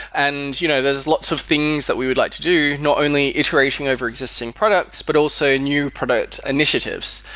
and you know there's lots of things that we would like to do, not only iteration over existing products, but also new product initiatives.